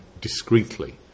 discreetly